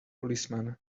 policeman